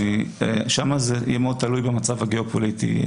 שם זה יהיה מאוד תלוי במצב הגיאופוליטי.